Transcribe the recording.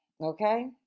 Okay